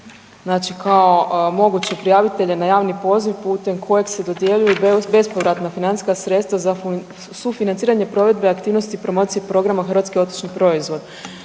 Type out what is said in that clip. znači kao moguće prijavitelje na javni poziv putem kojeg se dodjeljuju bespovratna financijska sredstva za sufinanciranje provedbe aktivnosti i promocije programa „Hrvatski otočni proizvod“.